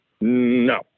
No